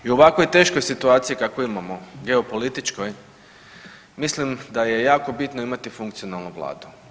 I u ovakvoj teškoj situaciji kakvu imamo geopolitičkoj mislim da je jako bitno imati funkcionalnu vladu.